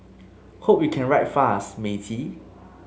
hope you can write fast matey